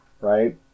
right